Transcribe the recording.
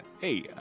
Hey